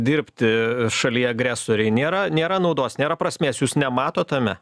dirbti šalyje agresorei nėra nėra naudos nėra prasmės jūs nematot tame